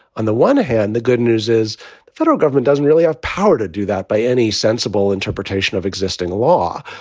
on the one hand, the good news is the federal government doesn't really have power to do that by any sensible interpretation of existing law.